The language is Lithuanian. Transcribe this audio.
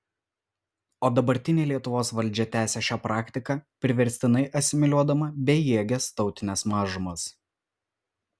o dabartinė lietuvos valdžia tęsia šią praktiką priverstinai asimiliuodama bejėges tautines mažumas